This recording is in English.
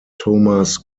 thomas